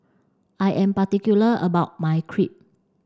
I am particular about my crepe